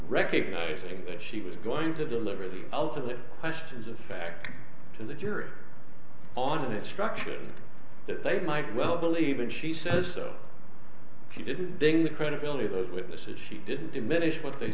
recognizing that she was going to deliver the ultimate questions of fact to the jury on instruction that they might well believe in she says so she didn't dig the credibility of those witnesses she didn't diminish what they